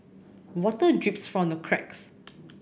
water drips from the cracks